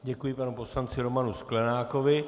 Děkuji panu poslanci Romanu Sklenákovi.